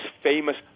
famous